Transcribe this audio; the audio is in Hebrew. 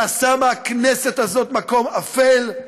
שעשה מהכנסת הזאת מקום אפל.